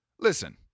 Listen